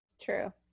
true